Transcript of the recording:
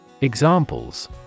Examples